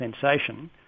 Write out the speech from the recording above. sensation